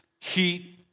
heat